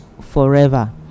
forever